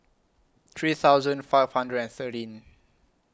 three thousand five hundred and thirteen